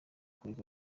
kureka